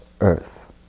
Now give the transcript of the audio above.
earth